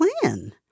plan